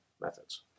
methods